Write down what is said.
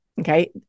Okay